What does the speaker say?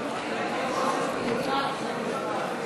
התשע"ט 2018,